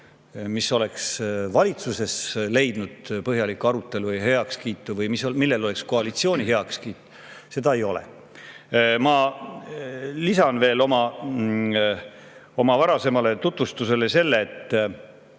mis oleks valitsuses leidnud põhjalikku arutelu või heakskiitu või millel oleks koalitsiooni heakskiit, ei ole. Ma lisan veel oma varasemale tutvustusele selle, et